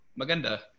maganda